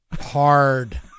hard